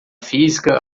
física